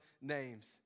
names